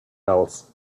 else